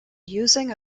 using